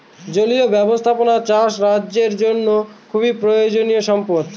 জলীয় ব্যাবস্থাপনা চাষ রাজ্যের জন্য খুব প্রয়োজনীয়ো সম্পদ